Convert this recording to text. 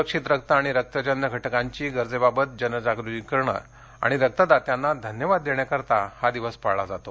सुरक्षित रक्त आणि रक्तजन्य घटकांची गरजेबाबत जनजागृती करणे आणि रक्तदात्यांना धन्यवाद देण्याकरिता हा दिवस पाळला जातो